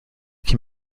can